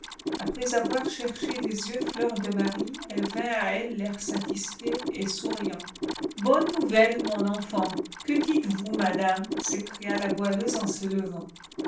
après avoir cherché des yeux fleur de marie elle vint à elle l'air satisfait et souriant bonne nouvelle mon enfant que dites-vous madame s'écria la goualeuse en se levant